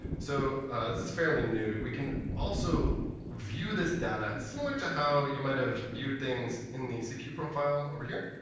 so this is fairly new. we can also view this data similar to how you might have viewed things in the cpu profile over here.